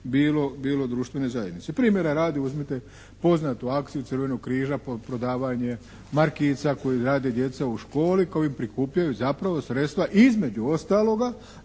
bilo društvene zajednice. Primjera radi, uzmite poznatu akciju Crvenog križa prodavanje markica koje rade djeca u školi kojim prikupljaju zapravo sredstva između ostaloga